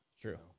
True